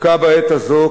דווקא בעת הזאת,